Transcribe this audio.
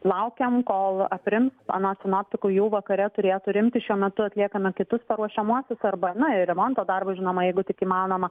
laukiam kol aprims anot sinoptikų jau vakare turėtų rimti šiuo metu atliekame kitus paruošiamuosius arba na ir remonto darbus žinoma jeigu tik įmanoma